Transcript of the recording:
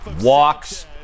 walks